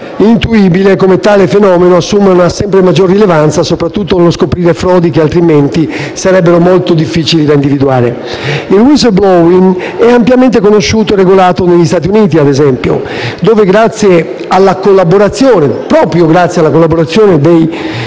intuizione come tale fenomeno assuma una sempre maggiore rilevanza, soprattutto nello scoprire frodi che altrimenti sarebbero molto difficili da individuare. Il *whistleblowing* è ampiamente conosciuto e regolato negli Stati Uniti - ad esempio - dove, proprio grazie alla collaborazione di